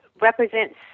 represents